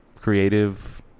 Creative